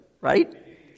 right